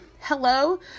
hello